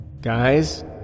Guys